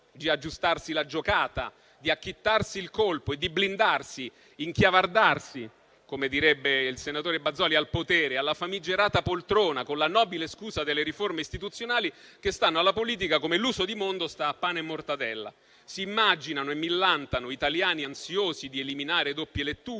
di aggiustarsi la giocata, di acchittarsi il colpo e di blindarsi, inchiavardarsi - come direbbe il senatore Bazoli - al potere, alla famigerata poltrona, con la nobile scusa delle riforme istituzionali, che stanno alla politica come l'uso di mondo sta a pane e mortadella. Si immaginano e millantano italiani ansiosi di eliminare doppie letture,